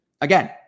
again